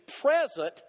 present